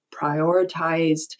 prioritized